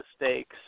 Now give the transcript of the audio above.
mistakes